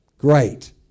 Great